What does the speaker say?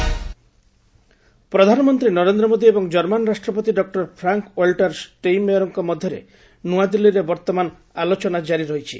PM ପ୍ରଧାନମନ୍ତ୍ରୀ ନରେନ୍ଦ୍ର ମୋଦି ଏବଂ German ରାଷ୍ଟ୍ରପତି ଡକ୍କର ଫ୍ରାଙ୍କ୍ ୱାଲ୍ଟର ଷ୍ଟେଇଁମେୟର୍କ ମଧ୍ୟରେ ନୂଆଦିଲ୍ଲୀରେ ବର୍ତ୍ତମାନ ଆଲୋଚନା କାରି ରହିଛି